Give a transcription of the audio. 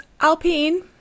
Alpine